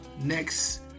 next